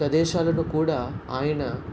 ప్రదేశాలను కూడా ఆయన